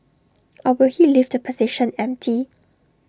or will he leave the position empty